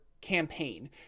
campaign